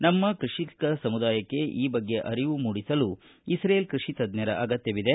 ನಮ್ನ ಕೃಷಿಕ ಸಮುದಾಯಕ್ಕೆ ಈ ಬಗ್ಗೆ ಅರಿವು ಮೂಡಿಸಲು ಇಕ್ರೇಲ್ ಕೃಷಿ ತಜ್ಜರ ಅಗತ್ಯವಿದೆ